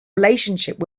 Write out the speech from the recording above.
relationship